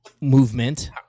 movement